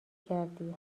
کردی